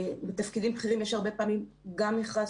בתפקידים בכירים יש הרבה פעמים גם מכרז